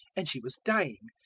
and she was dying.